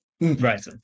Right